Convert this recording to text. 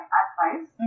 advice